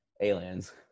Aliens